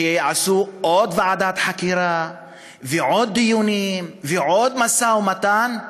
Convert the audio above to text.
שעשו עוד ועדת חקירה ועוד דיונים ועוד משא-ומתן?